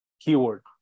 keyword